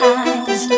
eyes